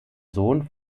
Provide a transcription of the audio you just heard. sohn